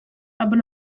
aber